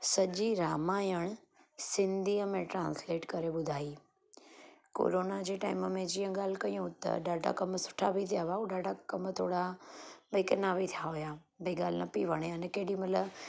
सॼी रामायण सिंधीअ में ट्रांसलेट करे ॿुधाई कोरोना जे टाइम में जीअं ॻाल्हि कयूं त ॾाढा कमु सुठा बि थी विया हुआ ऐं ॾाढा कमु थोरा भई किना बि थी विया हुआ भई ॻाल्हि न पेई वणे अने केॾी महिल